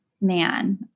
man